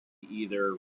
either